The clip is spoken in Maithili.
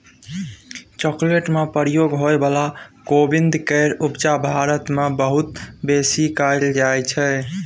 चॉकलेट में प्रयोग होइ बला कोविंद केर उपजा भारत मे बहुत बेसी कएल जाइ छै